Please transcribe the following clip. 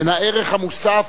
הן הערך המוסף,